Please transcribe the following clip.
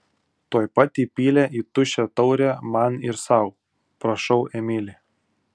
tuoj pat įpylė į tuščią taurę man ir sau prašau emili